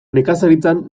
nekazaritzan